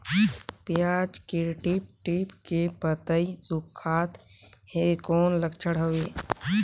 पियाज के tip tip के पतई सुखात हे कौन लक्षण हवे?